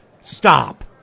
Stop